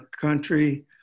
country